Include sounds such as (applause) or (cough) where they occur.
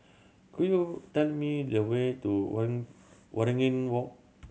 could you tell me the way to (unintelligible) Waringin Walk